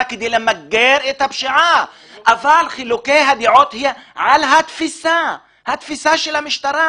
כדי למגר את הפשיעה אבל חילוקי הדעות הם על התפיסה של המשטרה.